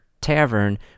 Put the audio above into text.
tavern